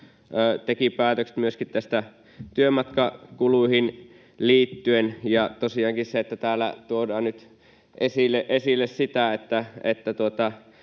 teki päätökset myöskin työmatkakuluihin liittyen. Tosiaankin täällä tuodaan nyt esille sitä,